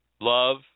love